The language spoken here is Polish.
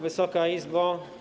Wysoka Izbo!